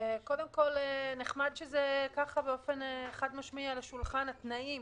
קודם כל נחמד שזה ככה באופן חד-משמעי על השולחן התנאים